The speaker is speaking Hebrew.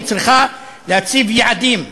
היא צריכה להציב יעדים,